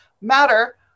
matter